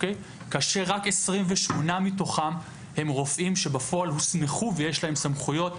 כאשר רק 28 מתוכם הם רופאים שבפועל הוסמכו ויש להם סמכויות,